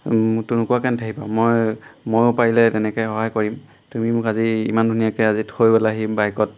তুমি নোকোৱাকৈ নাথাকিবা মই ময়ো পাৰিলে তেনেকৈ সহায় কৰিম তুমি মোক আজি ইমান ধুনীয়াকৈ আজি থৈ গ'লাহি বাইকত